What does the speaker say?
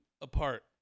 apart